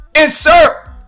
insert